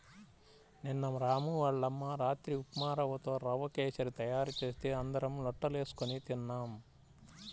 నిన్న రాము వాళ్ళ అమ్మ రాత్రి ఉప్మారవ్వతో రవ్వ కేశరి తయారు చేస్తే అందరం లొట్టలేస్కొని తిన్నాం